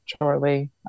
shortly